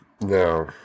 No